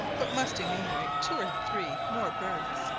but must enumerate two or three more birds.